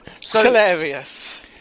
hilarious